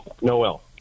Noel